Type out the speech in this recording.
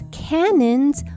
cannons